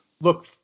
look